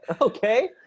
Okay